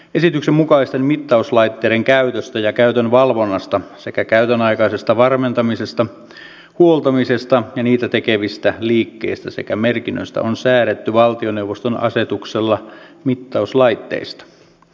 esityksen mukaisten mittauslaitteiden käytöstä ja käytön valvonnasta sekä käytönaikaisesta varmentamisesta huoltamisesta ja niitä tekevistä liikkeistä sekä merkinnöistä on säädetty valtioneuvoston asetuksella mittauslaitteista